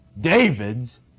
David's